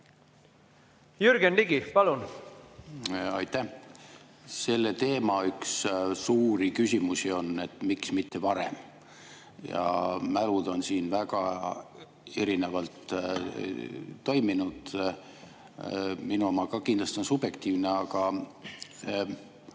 Jürgen Ligi, palun! Aitäh! Selle teema üks suuri küsimusi on, et miks mitte varem. Mälud on siin väga erinevalt toiminud. Minu oma ka kindlasti on subjektiivne.